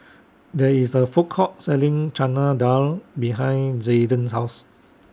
There IS A Food Court Selling Chana Dal behind Zayden's House